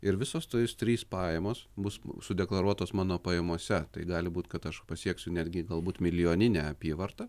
ir visos tos trys pajamos bus sudeklaruotos mano pajamose tai gali būt kad aš pasieksiu netgi galbūt milijoninę apyvartą